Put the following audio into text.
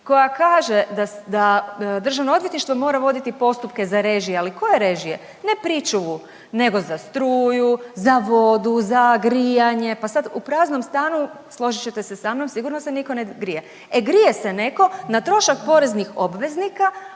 koja kaže da Državno odvjetništvo mora voditi postupke za režije. Ali koje režije? Ne pričuvu, nego za struju, za vodu, za grijanje, pa sad u praznom stanu složit ćete se sa mnom sigurno se nitko ne grije. E grije se netko na trošak poreznih obveznika,